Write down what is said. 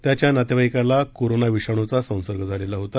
त्याच्या नातेवाईकाला कोरोना विषाणूचा संसर्ग झालेला होता